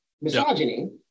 misogyny